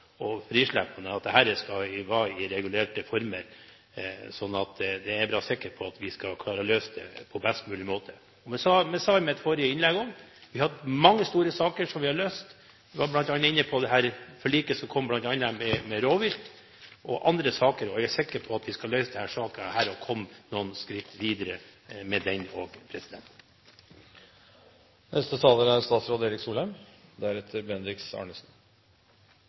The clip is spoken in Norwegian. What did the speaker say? fall – at det skal være fritt fram og frislepp. Dette skal foregå i regulerte former. Jeg er sikker på at vi skal klare å løse det på en best mulig måte. Som jeg sa i mitt forrige innlegg, har vi hatt mange store saker som vi har løst, bl.a. var jeg inne på forliket om rovvilt, og jeg er sikker på at vi også skal løse denne saken og komme noen skritt videre. La meg si meg enig med